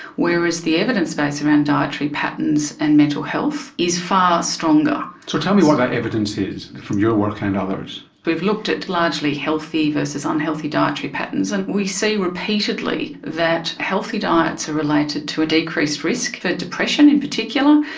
whereas the evidence base around dietary patterns and mental health is far stronger. so tell me what that evidence is, from your work and others. we've looked at largely healthy versus unhealthy dietary patterns, and we see repeatedly that healthy diets are related to a decreased risk for depression in particular,